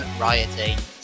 Rioting